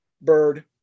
bird